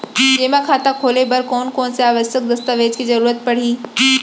जेमा खाता खोले बर कोन कोन से आवश्यक दस्तावेज के जरूरत परही?